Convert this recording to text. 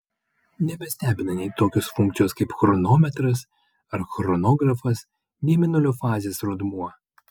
nebestebina nei tokios funkcijos kaip chronometras ar chronografas nei mėnulio fazės rodmuo